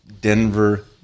Denver